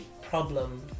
problem